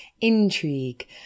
intrigue